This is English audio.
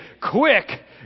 Quick